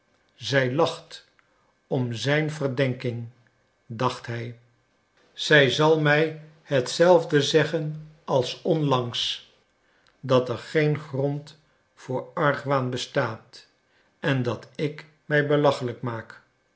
zij lacht om zijn verdenking dacht hij zij zal mij hetzelfde zeggen als onlangs dat er geen grond voor argwaan bestaat en dat ik mij belachelijk maak